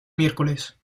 miércoles